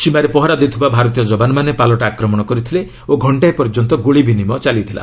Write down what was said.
ସୀମାରେ ପହରା ଦେଉଥିବା ଭାରତୀୟ ଯବାନମାନେ ପାଲଟା ଆକ୍ରମଣ କରିଥିଲେ ଓ ଘକ୍ଷାଏ ପର୍ଯ୍ୟନ୍ତ ଗୁଳି ବିନିମୟ ଚାଲିଥିଲା